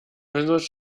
benutzt